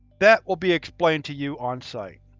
that will be explained to you on site.